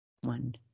one